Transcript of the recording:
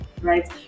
right